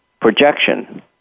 projection